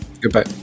goodbye